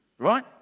Right